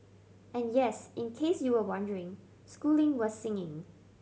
and yes in case you were wondering schooling was singing